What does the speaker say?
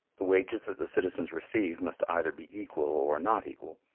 the wages that the citizens receive must either be equal or not equal.